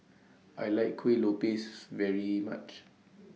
I like Kueh Lopes very much